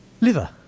liver